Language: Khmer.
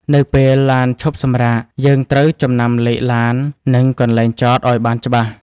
នៅពេលឡានឈប់សម្រាក យើងត្រូវចំណាំលេខឡាន និងកន្លែងចតឱ្យបានច្បាស់។